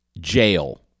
Jail